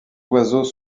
oiseaux